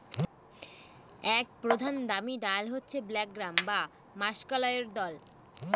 এক প্রধান দামি ডাল হচ্ছে ব্ল্যাক গ্রাম বা মাষকলাইর দল